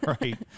right